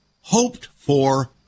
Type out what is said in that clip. hoped-for